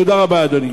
תודה רבה, אדוני.